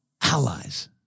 allies